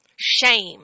Shame